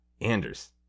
Anders